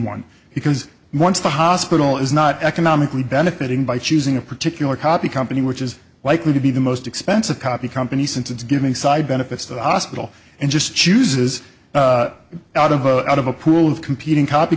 one because once the hospital is not economically benefiting by choosing a particular copy company which is likely to be the most expensive copy company since it's giving side benefits to the hospital and just chooses out of out of a pool of competing copy